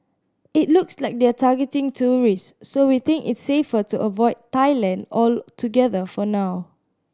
it looks like they're targeting tourists so we think it's safer to avoid Thailand altogether for now